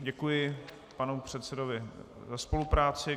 Děkuji panu předsedovi za spolupráci.